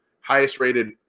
highest-rated